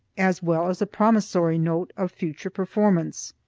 as well as a promissory note of future performance.